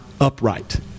upright